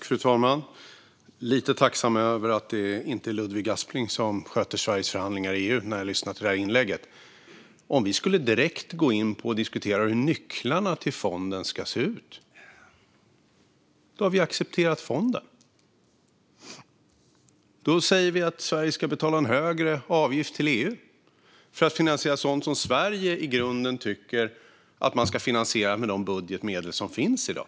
Fru talman! Jag blir lite tacksam över att det inte är Ludvig Aspling som sköter Sveriges förhandlingar i EU när jag lyssnar till detta inlägg. Om vi direkt skulle gå in och diskutera hur nycklarna till fonden ska se ut har vi accepterat fonden. Då säger vi att Sverige ska betala en högre avgift till EU för att finansiera sådant som Sverige i grunden tycker att man ska finansiera med de budgetmedel som finns i dag.